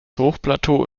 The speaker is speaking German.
hochplateau